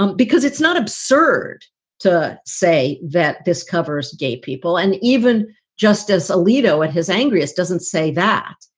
um because it's not absurd to say that this covers gay people and even justice alito at his angriest doesn't say that.